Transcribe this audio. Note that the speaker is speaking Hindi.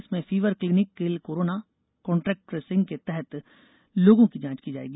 इसमें फीवर क्लीनिककिल कोरोना कान्ट्रेक्ट ट्रेसिंग के तहत लोगों की जांच की जाएगी